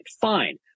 Fine